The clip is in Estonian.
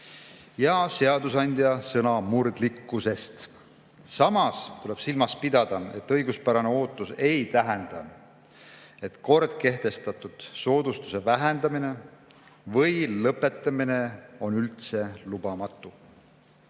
ja seadusandja sõnamurdlikkusest. Samas tuleb silmas pidada, et õiguspärane ootus ei tähenda, et kord kehtestatud soodustuse vähendamine või lõpetamine on üldse lubamatu.